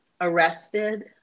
arrested